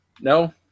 No